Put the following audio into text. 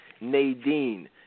Nadine